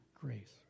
grace